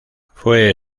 fue